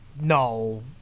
No